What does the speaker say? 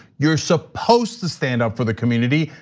you're supposed to stand up for the community,